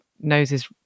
noses